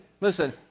Listen